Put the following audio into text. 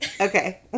Okay